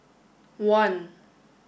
one